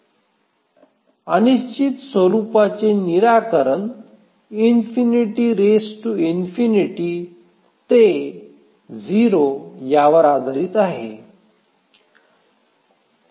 692 ते अनिश्चित स्वरुपाचे निराकरण ते यावर आधारित आहे